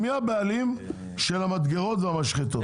מי הבעלים של המדגרות והמשחטות?